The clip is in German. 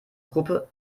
gruppe